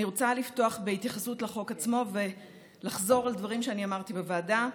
אני רוצה לפתוח בהתייחסות לחוק עצמו ולחזור על דברים שאני אמרתי בוועדה.